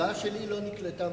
ההצבעה שלי לא נקלטה,